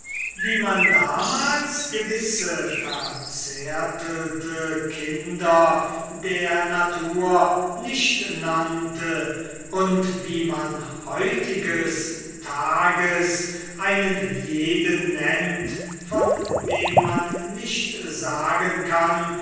wie man damals gewisse verzärtelte kinder der natur nicht nannte und wie man heutigs tages einen jeden nennt von dem man nicht sagen kann